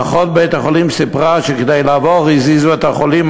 ואחות בית-החולים סיפרה שכדי לעבור הזיזו את החולים,